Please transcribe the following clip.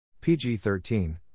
PG-13